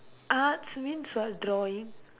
arts means what drawing